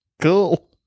Cool